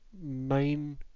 main